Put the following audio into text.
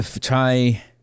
try